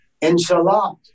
inshallah